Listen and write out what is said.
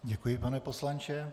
Děkuji, pane poslanče.